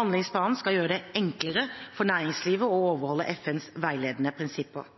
Handlingsplanen skal gjøre det enklere for næringslivet å overholde FNs veiledende prinsipper.